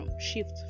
shift